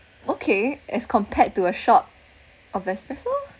okay as compared to a shot of espresso